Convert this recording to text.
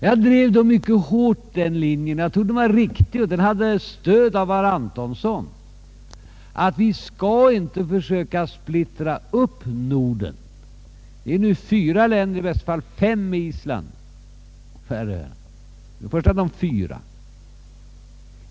Jag drev då mycket hårt den linjen — jag tror att den var riktig, och den hade stöd av herr Antonsson — att vi inte skall försöka splittra upp Norden. Det är nu fråga om fyra länder — i bästa fall fem, med Island, och därtill kommer Färöarna.